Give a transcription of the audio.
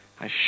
I